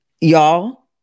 y'all